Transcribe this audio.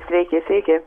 sveiki sveiki